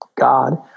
God